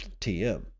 TM